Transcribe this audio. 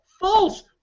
False